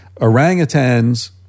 orangutans